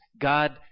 God